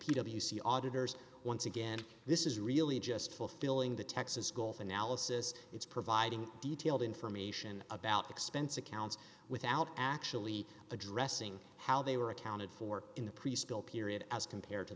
c auditors once again this is really just fulfilling the texas gulf analysis it's providing detailed information about expense accounts without actually addressing how they were accounted for in the preschool period as compared to